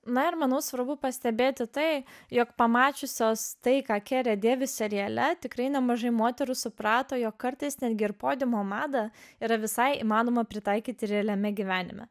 na manau svarbu pastebėti tai jog pamačiusios tai ką kere dėvi seriale tikrai nemažai moterų suprato jog kartais netgi ir podiumo mada yra visai įmanoma pritaikyti realiame gyvenime